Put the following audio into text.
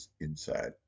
inside